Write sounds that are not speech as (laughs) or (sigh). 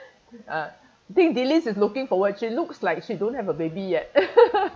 ah I think delys is looking for what she looks like she don't have a baby yet (laughs)